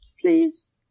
please